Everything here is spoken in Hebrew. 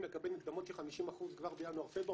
לקבל מקדמות של 50% כבר בינואר-פברואר,